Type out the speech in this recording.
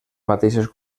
mateixes